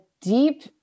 deep